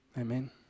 Amen